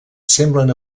semblen